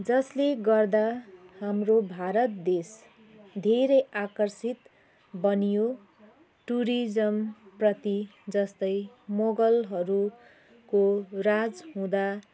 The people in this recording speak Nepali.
जसले गर्दा हाम्रो भारत देश धेरै आकर्षित बनियो टुरिज्म प्रति जस्तै मोगलहरूको राज हुँदा